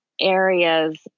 areas